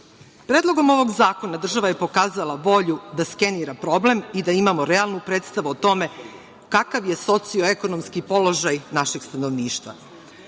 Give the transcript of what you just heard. komisija. Predlogom ovog zakona država je pokazala volju da skenira problem i da imamo realnu predstavu o tome kakav je socioekonomski položaj našeg stanovništva. Zakon